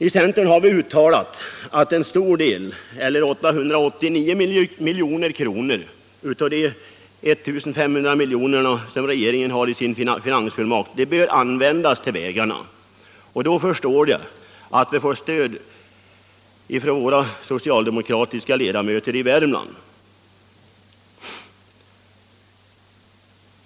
I centern har vi uttalat att en stor del — 889 milj.kr. — av de 1 500 miljoner som regeringen har i sin finansfullmakt bör användas till vägarna, och då förstår jag att vi får stöd av de socialdemokratiska ledamöterna från Värmland.